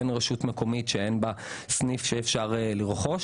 אין רשות מקומית שאין בה סניף בו אפשר לרכוש.